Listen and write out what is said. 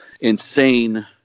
insane